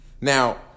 Now